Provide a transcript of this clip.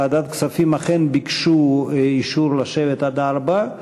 ועדת הכספים אכן ביקשה אישור לשבת עד 16:00,